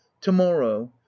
Tomorrow